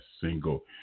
single